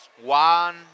One